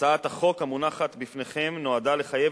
הצעת החוק המונחת בפניכם נועדה לחייב